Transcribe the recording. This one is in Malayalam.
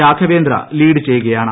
രാഘവേന്ദ്ര ലീഡ് ചെയ്യുകയ്യാണ്